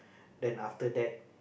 then after that